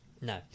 No